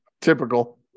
typical